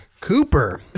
cooper